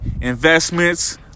investments